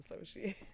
associate